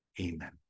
Amen